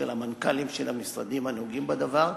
פגישה של המנכ"לים של המשרדים הנוגעים בדבר,